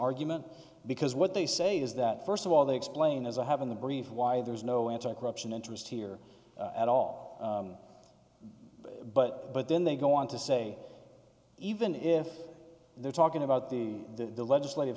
argument because what they say is that first of all they explain as i have in the brief why there's no anti corruption interest here at all but but then they go on to say even if they're talking about the legislative